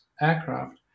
aircraft